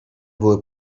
były